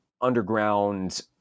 underground